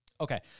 Okay